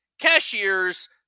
cashiers